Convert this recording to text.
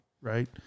right